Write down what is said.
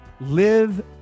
Live